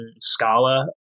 Scala